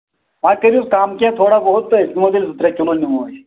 وۄنۍ کٔرۍوُس کَم کینٛہہ تھوڑا بہت تہٕ أسۍ نِمو تیٚلہِ زٕ ترٛےٚ کِلوٗ نِمو أسۍ